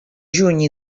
juny